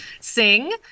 sing